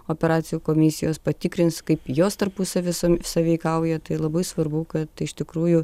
operacijų komisijos patikrins kaip jos tarpusavy sąveikauja tai labai svarbu kad iš tikrųjų